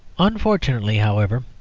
unfortunately, however,